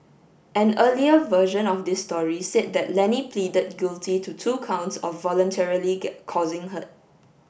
an earlier version of this story said that Lenny pleaded guilty to two counts of voluntarily causing hurt